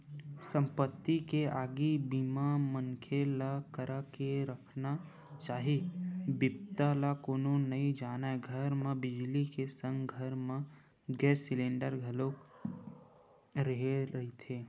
संपत्ति के आगी बीमा मनखे ल करा के रखना चाही बिपदा ल कोनो नइ जानय घर म बिजली के संग घर म गेस सिलेंडर घलोक रेहे रहिथे